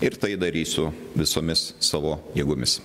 ir tai darysiu visomis savo jėgomis